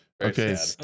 okay